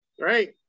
right